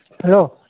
hello